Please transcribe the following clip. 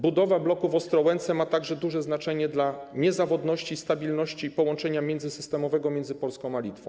Budowa bloku w Ostrołęce ma także duże znaczenie dla niezawodności i stabilności połączenia międzysystemowego między Polską a Litwą.